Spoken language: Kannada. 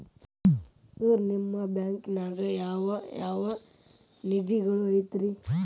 ಸರ್ ನಿಮ್ಮ ಬ್ಯಾಂಕನಾಗ ಯಾವ್ ಯಾವ ನಿಧಿಗಳು ಐತ್ರಿ?